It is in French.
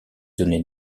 donner